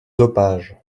dopage